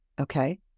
okay